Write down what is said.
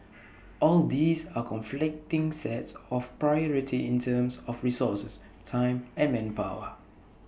all these are conflicting sets of priority in terms of resources time and manpower